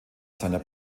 seiner